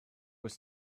was